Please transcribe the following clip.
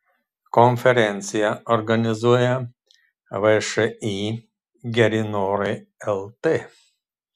konferenciją organizuoja všį geri norai lt